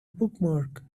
bookmark